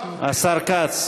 השר כץ.